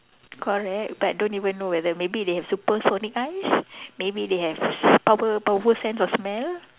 correct but don't even know whether maybe they have super sonic eyes maybe they have s~ power power sense of smell